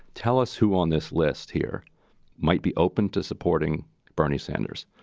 tell us who on this list here might be open to supporting bernie sanders,